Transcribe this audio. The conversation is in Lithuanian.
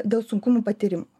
dėl sunkumų patyrimo